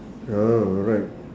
oh right